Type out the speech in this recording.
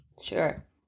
Sure